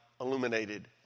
illuminated